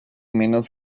menos